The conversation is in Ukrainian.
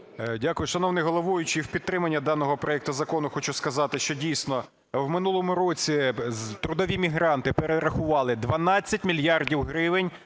Дякую. Шановний головуючий, в підтримання даного проекту закону хочу сказати, що дійсно в минулому році трудові мігранті перерахували 12 мільярдів гривень